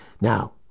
Now